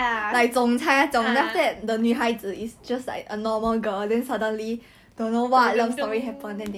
just for the money I don't know but you should really watch my girlfriend is an alient